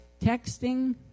Texting